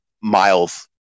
miles